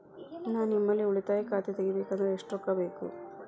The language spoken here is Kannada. ನಾ ನಿಮ್ಮಲ್ಲಿ ಉಳಿತಾಯ ಖಾತೆ ತೆಗಿಬೇಕಂದ್ರ ಎಷ್ಟು ರೊಕ್ಕ ಬೇಕು?